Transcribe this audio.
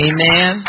Amen